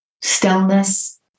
stillness